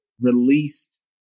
released